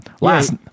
Last